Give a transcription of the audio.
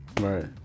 Right